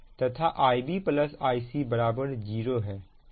तथा Ib Ic 0 है